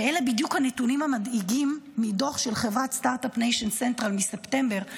ואלה בדיוק הנתונים המדאיגים מדוח של חברת סטרטאפ ניישן סנטרל מספטמבר,